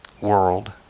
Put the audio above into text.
world